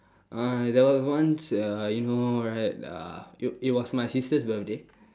uh there was once uh you know right uh it it was my sister's birthday